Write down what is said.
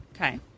Okay